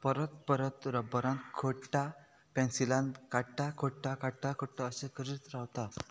परत परत रबरान खोडटा पेन्सिलान काडटा खोडटा काडटा खोडटा अशें करीत रावता